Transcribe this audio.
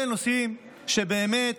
אלה נושאים שבאמת